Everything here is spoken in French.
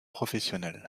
professionnels